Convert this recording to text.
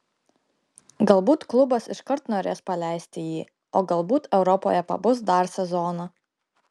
galbūt klubas iškart norės paleisti jį o galbūt europoje pabus dar sezoną